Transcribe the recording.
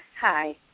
Hi